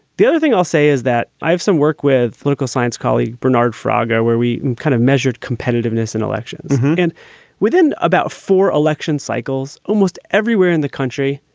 the other thing i'll say is that i have some work with political science colleague bernard fraga, where we kind of measured competitiveness in elections and within about four election cycles, almost everywhere in the country,